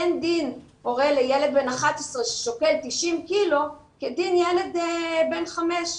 אין דין הורה לילד בן 11 ששוקל 90 קילו כדין ילד בן חמש.